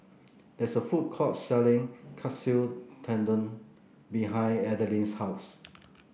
there is a food court selling Katsu Tendon behind Adeline's house